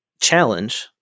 challenge